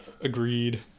Agreed